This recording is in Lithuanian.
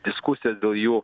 diskusijos dėl jų